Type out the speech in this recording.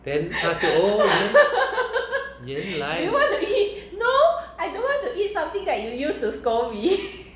then 她就 oh 原来如此